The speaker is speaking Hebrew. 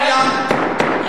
ממשלת קדימה,